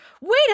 wait